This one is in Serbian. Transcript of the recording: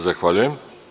Zahvaljujem.